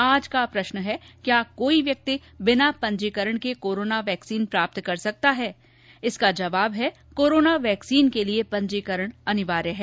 आज का प्रश्न है क्या कोई व्यक्ति बिना पंजीकरण के कोरोना वैक्सीन प्राप्त कर सकता है इसका जवाब है कोरोना वैक्सीन को लिए पंजीकरण अनिवार्य है